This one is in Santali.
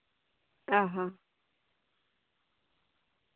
ᱚᱸᱻ ᱦᱚᱸᱻ